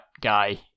guy